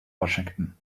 washington